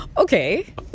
Okay